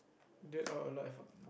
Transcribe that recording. dead or alive ah